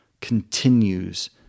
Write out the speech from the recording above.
continues